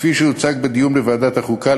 כפי שהוצג בדיון בוועדת החוקה,